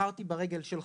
בחרתי ברגל שלך".